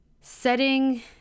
Setting